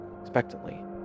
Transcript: expectantly